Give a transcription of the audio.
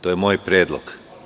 To je moj predlog.